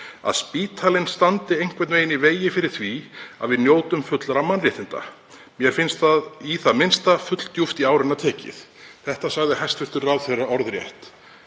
að spítalinn standi einhvern veginn í vegi fyrir því að við njótum fullra mannréttinda. Mér finnst það í það minnsta fulldjúpt í árinni tekið.“ Þetta sagði hæstv. ráðherra orðrétt.